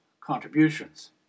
contributions